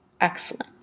excellent